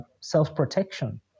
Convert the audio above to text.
self-protection